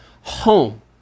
home